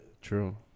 True